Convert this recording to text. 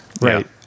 right